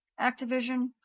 Activision